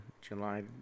July